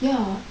ya